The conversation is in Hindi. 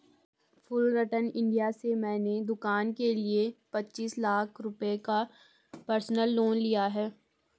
फुलरटन इंडिया से मैंने दूकान के लिए पचीस लाख रुपये का पर्सनल लोन लिया है